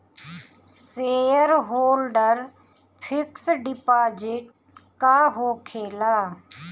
Shareholder fix deposit का होखे ला?